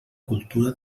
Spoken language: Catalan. cultura